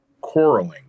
quarreling